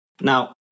Now